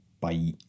bye